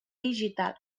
digital